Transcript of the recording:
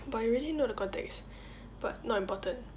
but you already know the context but not important